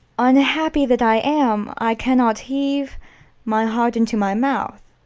unhappy that i am, i cannot heave my heart into my mouth.